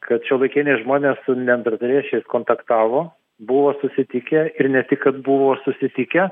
kad šiuolaikiniai žmonės su neandertaliečiais kontaktavo buvo susitikę ir ne tik kad buvo susitikę